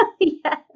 Yes